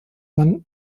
man